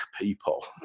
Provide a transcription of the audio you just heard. people